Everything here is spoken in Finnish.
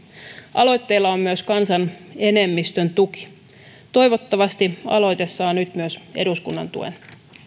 aloitteella on myös kansan enemmistön tuki toivottavasti aloite saa nyt myös eduskunnan tuen